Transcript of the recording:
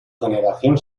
generación